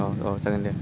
औ औ जागोन दे